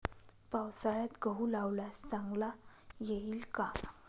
पावसाळ्यात गहू लावल्यास चांगला येईल का?